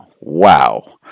wow